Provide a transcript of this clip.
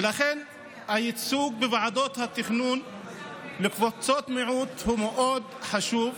ולכן הייצוג בוועדות התכנון לקבוצות מיעוט הוא מאוד חשוב.